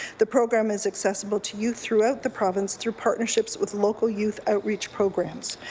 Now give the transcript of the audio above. the program is accessible to youth throughout the province through partnerships with local youth outreach programs.